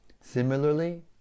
similarly